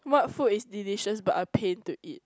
what food is delicious but a pain to eat